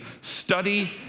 Study